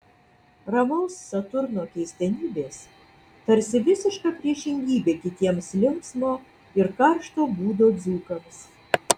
ramaus saturno keistenybės tarsi visiška priešingybė kitiems linksmo ir karšto būdo dzūkams